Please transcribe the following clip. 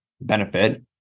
benefit